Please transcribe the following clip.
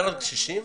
קשישים